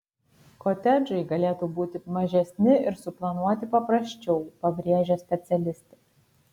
kotedžai galėtų būti mažesni ir suplanuoti paprasčiau pabrėžia specialistė